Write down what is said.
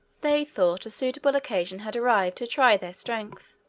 they thought a suitable occasion had arrived to try their strength.